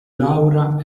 laura